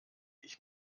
ich